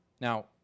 Now